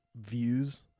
views